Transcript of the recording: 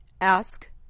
Ask